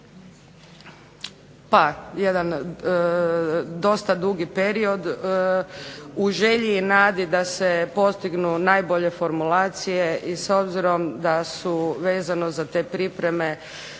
pa jedan dosta dugi period, u želji i nadi da se postignu najbolje formulacije i s obzirom da su vezano za te pripreme